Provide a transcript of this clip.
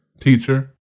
Teacher